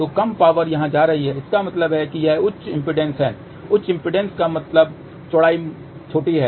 तो कम पावर यहाँ जा रही है इसका मतलब है कि यह उच्च इम्पीडेन्स है उच्च इम्पीडेन्स का मतलब चौड़ाई छोटी है